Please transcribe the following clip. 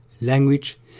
language